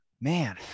man